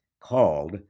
called